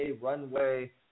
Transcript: Runway